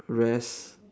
rest